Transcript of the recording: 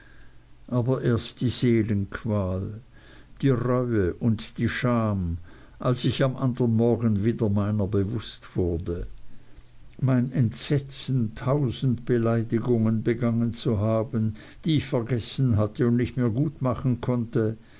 aber erst die seelenqual die reue und die scham als ich am morgen wieder meiner bewußt wurde mein entsetzen tausend beleidigungen begangen zu haben die ich vergessen hatte und nicht mehr gut machen konnte